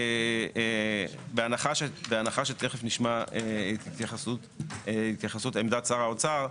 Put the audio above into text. בהנחה שתכף נשמע התייחסות עמדת שר האוצר,